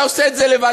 אתה עושה את זה לבד,